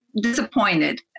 disappointed